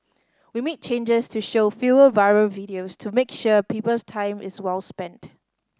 we made changes to show fewer viral videos to make sure people's time is well spent